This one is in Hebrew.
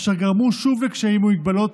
אשר גרמו שוב לקשיים והגבלות